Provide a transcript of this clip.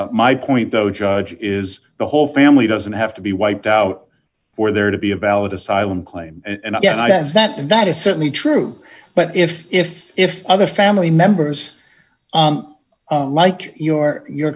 plea my point though judge is the whole family doesn't have to be wiped out for there to be a valid asylum claim and that's and that is certainly true but if if if other family members like your your